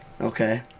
Okay